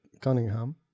Cunningham